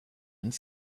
and